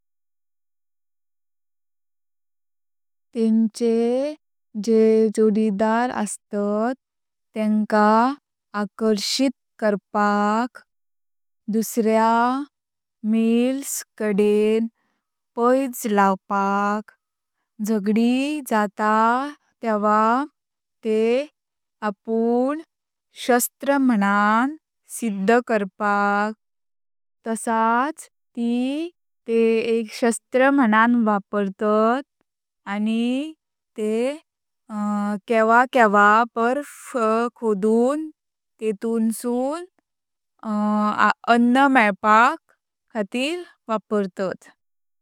तेंचे जे जोडीदार अस्तात तेंका आकर्षित करपाक। दुसऱ्या मालेस काडेण पैज लावपाक। झगडी जाता तेवा तेँआपुं शास्त्र म्हणुन सिद्ध करपाक तसच त तेक शास्त्र म्हणुन वापरतात। अणि ते केवां केवां बर्फ खोडून तेतून सुंण अण्ण मेळप खातीर वापरतात।